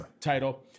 title